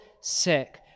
sick